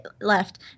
left